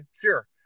sure